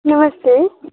नमस्ते